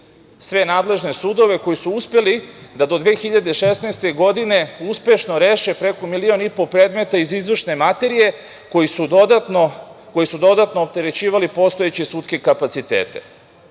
sve nadležne sudove koji su uspeli da do 2016. godine uspešno reše preko milion i po predmeta iz izvršne materije, koji su dodatno opterećivali postojeće sudske kapacitete.